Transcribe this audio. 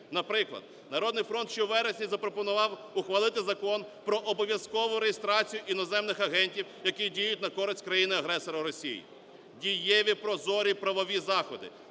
Наприклад, "Народний фронт" ще у вересні запропонував ухвалити Закон про обов'язкову реєстрацію іноземних агентів, які діють на користь країни-агресора Росії. Дієві, прозорі і правові заходи